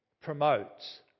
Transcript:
promotes